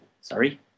Sorry